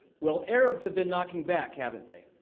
well, arabs have been knocking back, haven't they?